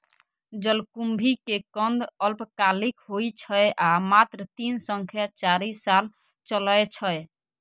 जलकुंभी के कंद अल्पकालिक होइ छै आ मात्र तीन सं चारि साल चलै छै